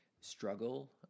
struggle